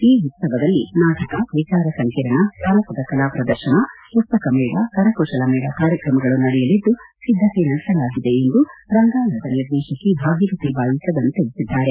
ಈ ಉತ್ಸವದಲ್ಲಿ ನಾಟಕ ವಿಚಾರ ಸಂಕಿರಣ ಜಾನಪದ ಕಲಾ ಪ್ರದರ್ಶನ ಪುಸ್ತಕ ಮೇಳ ಕರಕುಶಲ ಮೇಳ ಕಾರ್ಯಕ್ರಮಗಳು ನಡೆಯಲಿದ್ದು ಸಿದ್ದತೆ ನಡೆಸಲಾಗಿದೆ ಎಂದು ರಂಗಾಯಣದ ನಿರ್ದೇಶಕಿ ಭಾಗೀರತಿ ಬಾಯಿ ಕದಂ ತಿಳಿಸಿದ್ದಾರೆ